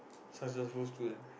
successful students